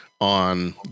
on